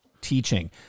teaching